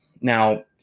Now